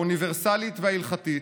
האוניברסלית וההלכתית,